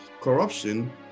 corruption